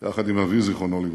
יחד עם אבי, זיכרונו לברכה,